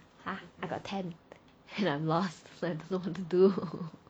ha I got ten and I'm lost so I don't know what to do